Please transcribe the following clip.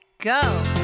Go